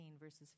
verses